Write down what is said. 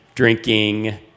Drinking